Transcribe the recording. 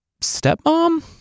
stepmom